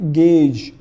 gauge